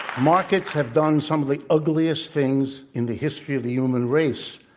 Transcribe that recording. markets have done some of the ugliest things in the history of the human race,